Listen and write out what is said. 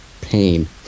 pain